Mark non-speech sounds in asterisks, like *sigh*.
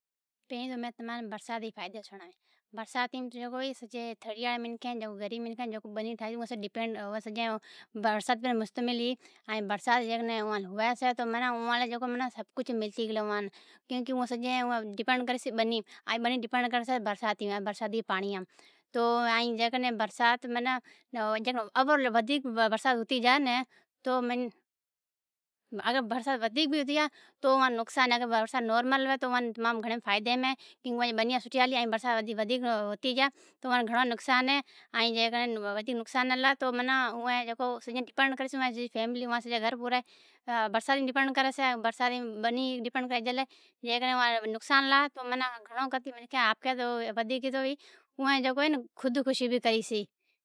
پھرین میں"برساتی فائدو"سنڑایو۔ برساتیم جکو تھڑیین منکھیں اہیں، جکو غریب منکھیں اہیں او جکو بنی تھئے تی اوئے تے ڈپینڈ ہوئیں سجیں برسات متھے مشتمل اہیں ائیں برسات جکو ہوئیسے تو اوئاں ناں سبھ کجھ ملی۔ او سبھ کجھ ڈپینڈ کرسیں بنی تے ائیں بنی ڈپینڈ کرے برساے برسات رے پانڑی متھے۔ جیکڈنہں ودھیک برسات بھی ہوتی جائے *hesitation* تو بھی اوئاں ناں نقصان اہے جیکڈنہں برسات نارمل اہے تو اوئاں ناں دائدے میں اہے بنیاں سوٹھیاں آلیں جیکڈینہں برسات گھنڑی تھے تو ودھیک نقصان اہیں تو مناں سجو ڈپینڈ کرے سجی فیملی گھر پورے برسات تے ڈپینڈ کرسے بنی ڈپینڈ کرلے جیکڈینہں ودھیک برسات ہوئی تو خود خوشی کریں۔